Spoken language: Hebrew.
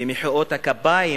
מחיאות הכפיים